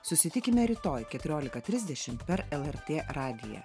susitikime rytoj keturiolika trisdešimt per lrt radiją